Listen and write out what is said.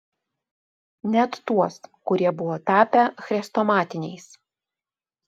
net tuos kurie buvo tapę chrestomatiniais